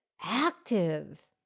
active